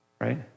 right